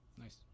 Nice